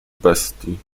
bestii